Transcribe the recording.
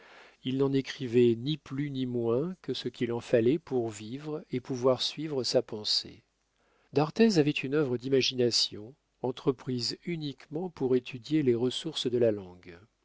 il n'en écrivait ni plus ni moins que ce qu'il en fallait pour vivre et pouvoir suivre sa pensée d'arthez avait une œuvre d'imagination entreprise uniquement pour étudier les ressources de la langue